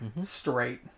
straight